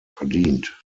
verdient